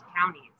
counties